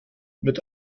mit